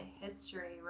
history